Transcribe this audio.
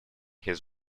his